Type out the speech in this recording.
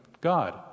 God